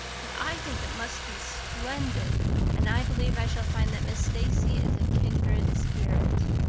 but i think it must be splendid and i believe i shall find that miss stacy is a kindred spirit.